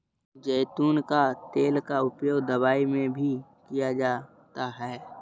ज़ैतून का तेल का उपयोग दवाई में भी किया जाता है